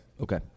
Okay